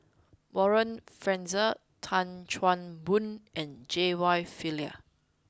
Warren Fernandez Tan Chan Boon and J Y Pillay